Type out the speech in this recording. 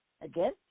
Again